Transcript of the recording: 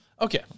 Okay